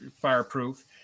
fireproof